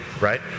right